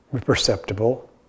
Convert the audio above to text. perceptible